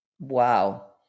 Wow